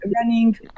running